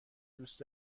دوست